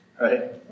right